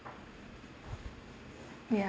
ya